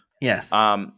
Yes